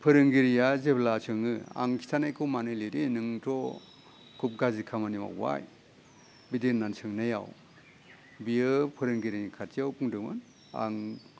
फोरोंगिरिया जेब्ला सोङो आं खिथानायखौ मानो लिरै नोंथ' खुब गाज्रि खामानि मावबाय बिदिहोन्नानै सोंनायाव बेयो फोरोंगिरिनि खाथियाव बुंदोंमोन आं